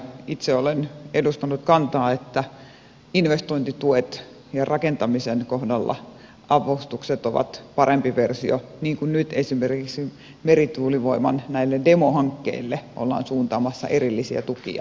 itse olen edustanut kantaa että investointituet ja rakentamisen kohdalla avustukset ovat parempi versio niin kuin nyt esimerkiksi näille merituulivoiman demohankkeille ollaan suuntaamassa erillisiä tukia